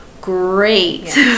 great